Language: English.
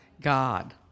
God